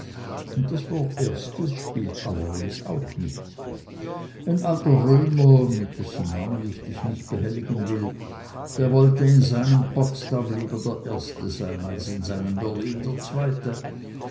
das wort erstes spielt allerdings auch mit ein alter römer mit dessen namen ich dich nicht behelligen will der wollte in seinem potsdam lieber der erste als in seinem berlin der zweite